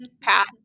Path